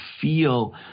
feel